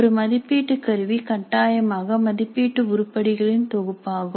ஒரு மதிப்பீட்டு கருவி கட்டாயமாக மதிப்பீட்டு உருப்படிகளின் தொகுப்பாகும்